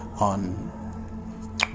on